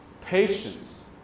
Patience